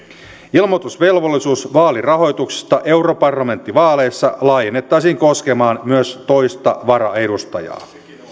ilmoitusvelvollisuus vaalirahoituksesta europarlamenttivaaleissa laajennettaisiin koskemaan myös toista varaedustajaa